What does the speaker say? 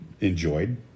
enjoyed